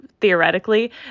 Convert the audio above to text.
theoretically